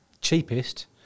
cheapest